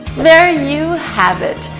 there you have it.